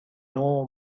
know